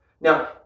Now